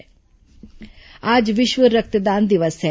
विश्व रक्तदान दिवस आज विष्व रक्तदान दिवस है